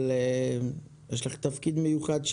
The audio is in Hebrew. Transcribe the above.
אבל יש לך תפקיד מיוחד,